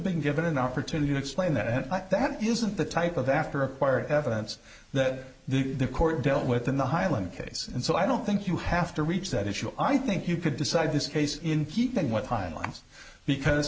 been given an opportunity to explain that and that isn't the type of after acquired evidence that the court dealt with in the highland case and so i don't think you have to reach that issue i think you could decide this case in keeping with highlights because